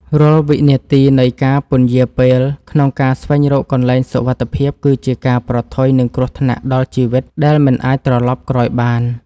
រាល់វិនាទីនៃការពន្យារពេលក្នុងការស្វែងរកកន្លែងសុវត្ថិភាពគឺជាការប្រថុយនឹងគ្រោះថ្នាក់ដល់ជីវិតដែលមិនអាចត្រឡប់ក្រោយបាន។